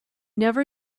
never